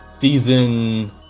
season